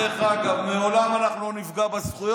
דרך אגב,